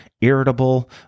irritable